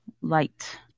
Light